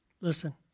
Listen